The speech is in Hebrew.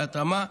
בהתאמה).